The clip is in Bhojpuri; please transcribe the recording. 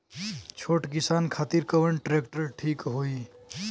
छोट किसान खातिर कवन ट्रेक्टर ठीक होई?